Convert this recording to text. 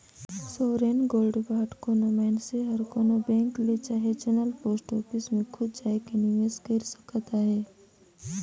sovereign gold bond कोनो मइनसे हर कोनो बेंक ले चहे चुनल पोस्ट ऑफिस में खुद जाएके निवेस कइर सकत अहे